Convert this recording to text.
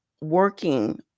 working